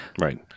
Right